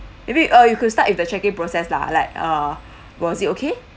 maybe uh you could start with the check in process lah like uh was it okay